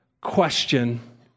question